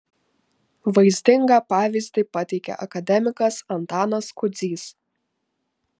vaizdingą pavyzdį pateikė akademikas antanas kudzys